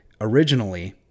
Originally